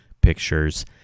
Pictures